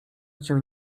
cię